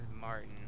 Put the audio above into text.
Martin